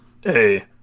Hey